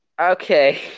Okay